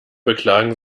beklagen